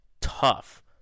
tough